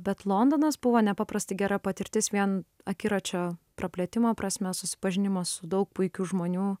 bet londonas buvo nepaprastai gera patirtis vien akiračio praplėtimo prasme susipažinimo su daug puikių žmonių